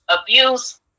abuse